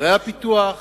ערי הפיתוח,